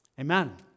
Amen